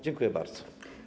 Dziękuję bardzo.